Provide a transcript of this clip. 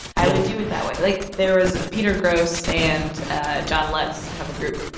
i would do it that way. like, there was peter grosz and ah john lutz have a group,